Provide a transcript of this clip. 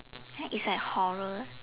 that is like horror